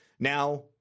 Now